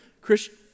Christian